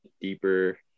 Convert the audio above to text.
deeper